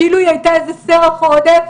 כאילו היא הייתה איזה סרח עודף,